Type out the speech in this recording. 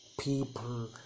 people